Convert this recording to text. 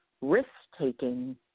risk-taking